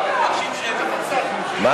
על